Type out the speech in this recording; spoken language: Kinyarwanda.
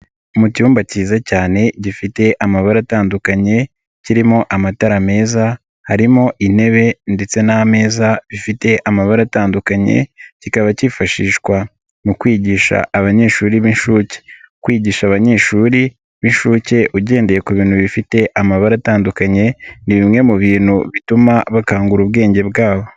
Mu cyumba cyiza cyane gifite amabara atandukanye, kirimo amatara meza, harimo intebe ndetse n'ameza, bifite amabara atandukanye, kikaba cyifashishwa mu kwigisha abanyeshuri b'inshuke. Kwigisha abanyeshuri b'inshuke ugendeye ku bintu bifite amabara atandukanye, ni bimwe mu bintu bituma bakangura ubwenge bwabo.